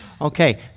Okay